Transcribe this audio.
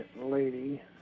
lady